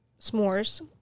s'mores